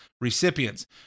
recipients